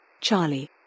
Charlie